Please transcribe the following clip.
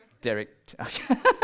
Derek